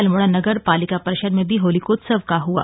अल्मोड़ा नगर पालिका परिषद में भी होलीकोत्सव का हुआ